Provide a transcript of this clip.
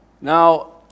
Now